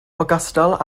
ogystal